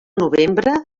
novembre